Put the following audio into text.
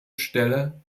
stelle